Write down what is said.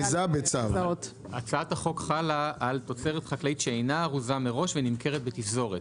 הצעת החוק חלה על תוצרת חקלאית שאינה ארוזה מראש ונמכרת בתפזורת.